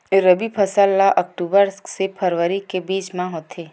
रबी फसल हा अक्टूबर से फ़रवरी के बिच में होथे